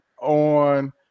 on